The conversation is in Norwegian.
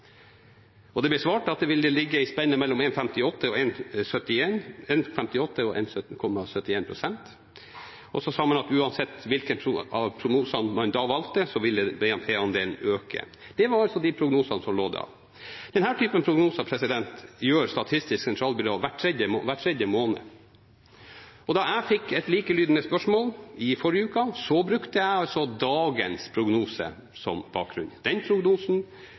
Framskrivningene som ble gitt da, var basert på de framskrivningene for bruttonasjonalprodukt som Statistisk sentralbyrå gjorde da. Det ble svart at det ville ligge i spennet mellom 1,58 pst. og 1,71 pst. Så sa man at uansett hvilken av prognosene man valgte, ville BNP-andelen øke. Det var prognosene som forelå da. Denne typen prognoser gjør Statistisk sentralbyrå hver tredje måned. Da jeg fikk et likelydende spørsmål i forrige uke, brukte jeg dagens prognose som bakgrunn – den prognosen